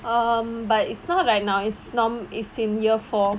um but it's not right now it's nor~ it's in year four